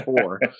four